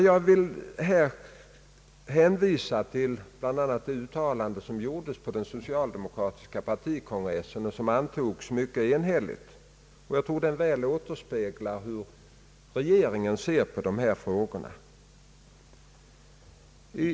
Jag vill hänvisa till bl.a. det uttalande som enhälligt antogs på den socialdemokratiska partikongressen. Jag tror att det väl avspeglar hur regeringen ser på dessa frågor.